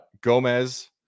Gomez